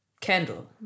Kendall